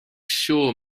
siŵr